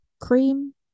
cream